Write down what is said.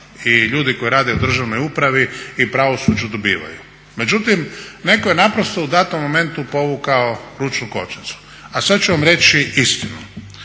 i ljudi koji rade u državnoj upravi i pravosuđu dobivaju. Međutim, netko je naprosto u datom momentu povukao ručnu kočnicu. A sad ću vam reći istinu.